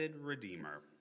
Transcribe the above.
Redeemer